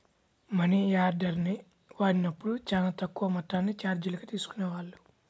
మనియార్డర్ని వాడినప్పుడు చానా తక్కువ మొత్తాన్ని చార్జీలుగా తీసుకునేవాళ్ళు